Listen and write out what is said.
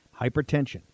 Hypertension